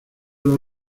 los